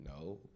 no